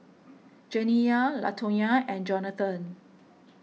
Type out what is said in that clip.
Janiyah Latonya and Jonathon